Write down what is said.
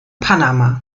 panama